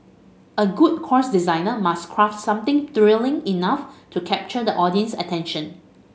a good courses designer must craft something thrilling enough to capture the audience's attention